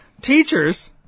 teachers